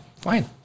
Fine